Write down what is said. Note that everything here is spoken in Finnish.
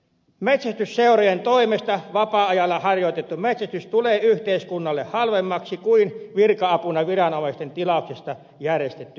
metsästysseurojen toimesta vapaa ajalla harjoitettu metsästys tulee yhteiskunnalle halvemmaksi kuin virka apuna viranomaisten tilauksesta järjestetty metsästys